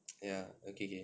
ya okay K